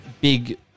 Big